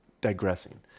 digressing